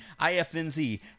IFNZ